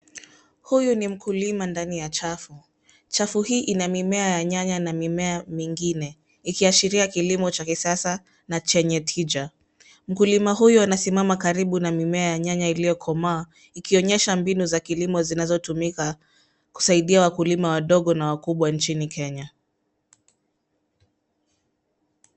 Huyu ni mkulima ndani ya chafu. Chafu hii ina mimea ya nyanya na mimea mingine ikiashiria kilimo cha kisasa na chenye tija. Mkulima huyu anasimama karibu na mimea ya nyanya iliyokomaa ikionyesha mbinu za kilimo zinazotumika kusaidia wakulima wadogo na wakubwa nchini Kenya.